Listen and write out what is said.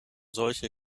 solche